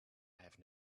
have